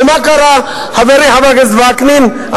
ומה קרה, חברי חבר הכנסת וקנין?